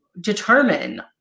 determine